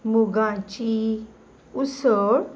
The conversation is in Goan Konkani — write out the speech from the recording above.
मुगाची उसळ